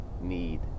need